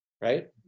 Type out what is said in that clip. right